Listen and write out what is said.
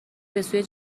بسوی